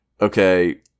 okay